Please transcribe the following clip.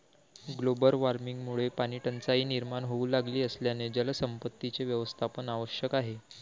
global वॉर्मिंगमुळे पाणीटंचाई निर्माण होऊ लागली असल्याने जलसंपत्तीचे व्यवस्थापन आवश्यक आहे